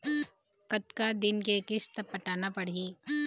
कतका दिन के किस्त पटाना पड़ही?